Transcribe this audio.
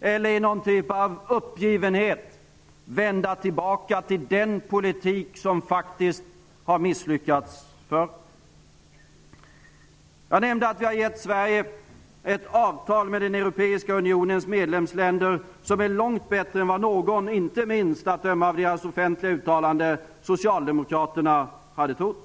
eller i någon typ av uppgivenhet vända tillbaka till den politik som faktiskt har misslyckats förr. Jag nämnde att vi har gett Sverige ett avtal med den europeiska unionens medlemsländer som är långt bättre än vad någon -- inte minst, att döma av deras offentliga uttalande, Socialdemokraterna -- hade trott.